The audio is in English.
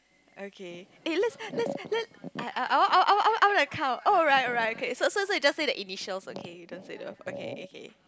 okay eh let's let's let I I I I want I want I want to count alright alright okay so so so you just say the initials okay you don't say the okay okay